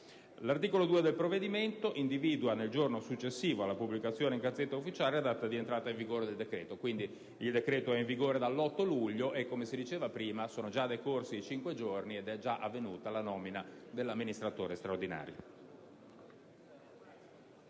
L'articolo 2 del provvedimento individua nel giorno successivo alla pubblicazione in *Gazzetta Ufficiale* la data di entrata in vigore del decreto. Pertanto, quest'ultimo è in vigore dallo scorso 8 luglio e - come poc'anzi evidenziato - sono già decorsi i cinque giorni ed è già avvenuta la nomina dell'amministratore straordinario.